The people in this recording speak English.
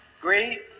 Great